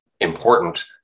important